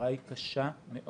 ההפרעה היא קשה מאוד-מאוד.